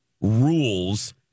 rules